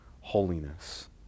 holiness